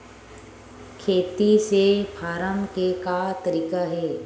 खेती से फारम के का तरीका हे?